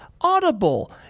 Audible